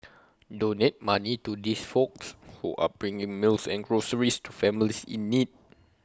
donate money to these folks who are bringing meals and groceries to families in need